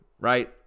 right